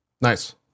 Nice